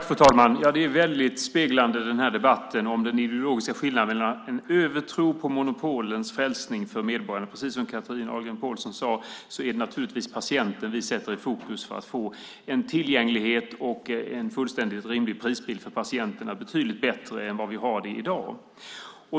Fru talman! Den här debatten visar tydligt på den ideologiska övertron på monopolens frälsning för medborgarna. Som Chatrine Pålsson Ahlgren sade är det naturligtvis patienten vi sätter i fokus för att få god tillgänglighet och en fullständigt rimlig prisbild för patienterna, betydligt bättre än vad fallet är i dag.